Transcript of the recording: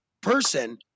person